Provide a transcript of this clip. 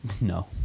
No